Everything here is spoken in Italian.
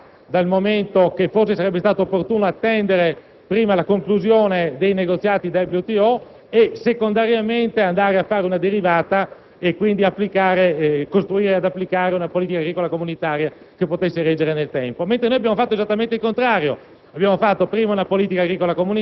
Fischler nel 2002-2003. Forse sarebbe stato opportuno attendere prima la conclusione dei negoziati WTO e, secondariamente, andare a fare una derivata e quindi costruire ed applicare una politica agricola comunitaria che potesse reggere nel tempo. Noi, invece, abbiamo fatto esattamente il contrario: